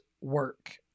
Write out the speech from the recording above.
work